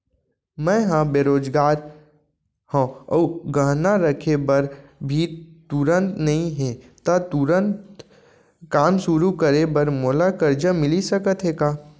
मैं ह बेरोजगार हव अऊ गहना रखे बर भी तुरंत नई हे ता तुरंत काम शुरू करे बर मोला करजा मिलिस सकत हे का?